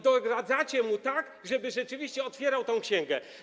Doradzacie mu tak, żeby rzeczywiście otwierał tę księgę.